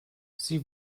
sie